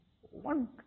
one